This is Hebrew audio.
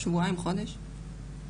שבועיים, חודש.